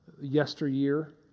yesteryear